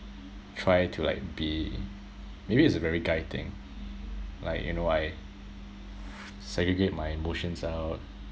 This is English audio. try to like be maybe it's a very guy thing like you know I segregate my emotions out